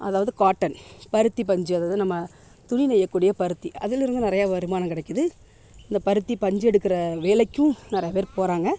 அதாவது காட்டன் பருத்திப்பஞ்சு அதாவது நம்ம துணி நெய்யக்கூடிய பருத்தி அதுலேருந்து நிறைய வருமானம் கிடைக்குது இந்த பருத்தி பஞ்சு எடுக்கிற வேலைக்கும் நிறையா பேர் போகிறாங்க